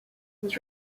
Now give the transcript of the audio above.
was